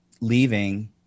leaving